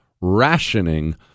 rationing